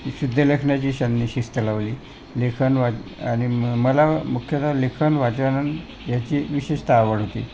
शुद्धलेखनाची त्यांनी शिस्त लावली लेखन वाचन आणि मला मुख्यतः लेखन वाचन याची विशेषतः आवड होती